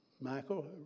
Michael